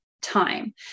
time